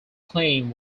claim